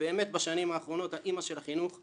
באמת בשנים האחרונות האימא של החינוך הבלתי-פורמלי.